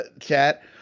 chat